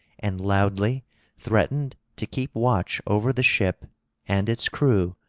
and loudly threatened to keep watch over the ship and its crew,